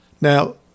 Now